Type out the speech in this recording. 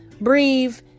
breathe